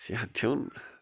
صحت چھُم نہٕ